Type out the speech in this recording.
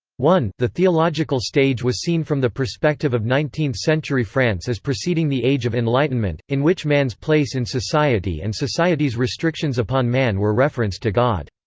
the theological stage was seen from the perspective of nineteenth century france as preceding the age of enlightenment, in which man's place in society and society's restrictions upon man were referenced to god.